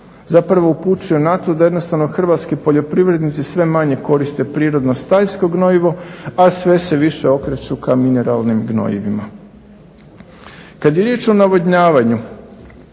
zapravo upućuje na to da jednostavno hrvatski poljoprivrednici sve manje koriste prirodno stajsko gnojivo, a sve se više okreću ka mineralnim gnojivima. Kad je riječ o navodnjavanju,